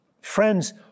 friends